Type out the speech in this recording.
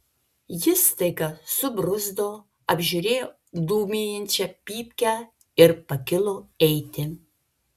jis staiga subruzdo apžiūrėjo dūmijančią pypkę ir pakilo eiti